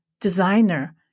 designer